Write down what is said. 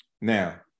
Now